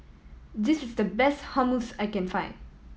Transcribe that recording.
this is the best Hummus I can find